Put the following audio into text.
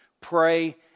Pray